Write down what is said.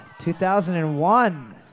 2001